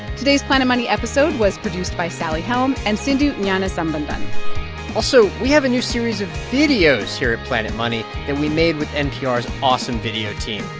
today's planet money episode was produced by sally helm and sindhu gnanasambandan also, we have a new series of videos here at planet money that we made with npr's awesome video team.